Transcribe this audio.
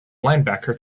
linebacker